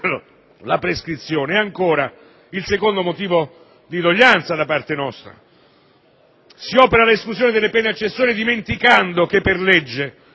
la prescrizione. E ancora, il secondo motivo di doglianza da parte nostra. Si opera l'esclusione delle pene accessorie dimenticando che per legge